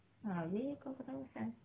ah abeh kau ketawa asal